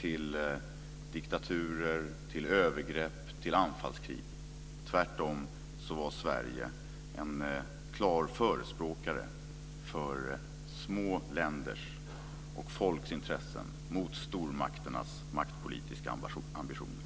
till diktaturer, övergrepp och anfallskrig. Tvärtom var Sverige en klar förespråkare för små länders och folks intressen mot stormakternas maktpolitiska ambitioner.